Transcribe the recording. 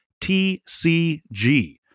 TCG